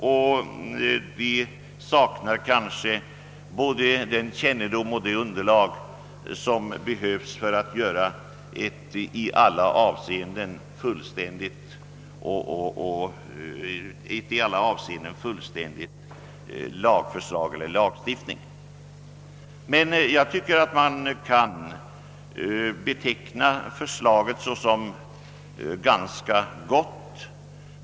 Vi saknar kanske därför både den kunskap, det underlag som behövs, för att kunna göra en i alla avseenden fullgod lagstiftning. Men jag tycker att man kan beteckna det föreliggande förslaget som ganska gott.